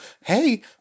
hey